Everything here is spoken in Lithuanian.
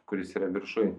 kuris yra viršuj